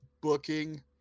booking –